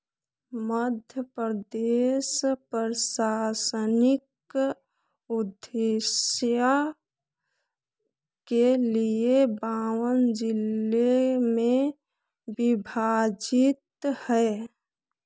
मध्यप्रदेश प्रशासनिक उद्देश्य के लिए बावन जिले में विभाजित है